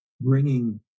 bringing